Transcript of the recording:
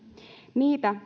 niitä